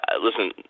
Listen